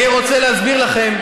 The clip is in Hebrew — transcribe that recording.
אני רוצה להסביר לכם,